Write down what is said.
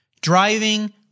driving